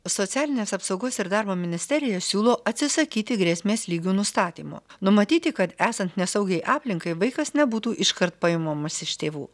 socialinės apsaugos ir darbo ministerija siūlo atsisakyti grėsmės lygių nustatymo numatyti kad esant nesaugiai aplinkai vaikas nebūtų iškart paimamas iš tėvų